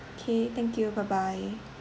okay thank you bye bye